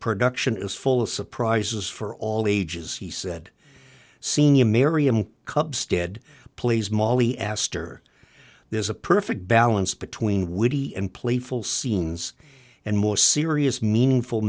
production is full of surprises for all ages he said senior merriam cub stead plays molly astor there's a perfect balance between woody and playful scenes and more serious meaningful